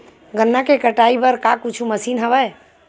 गन्ना के कटाई बर का कुछु मशीन हवय?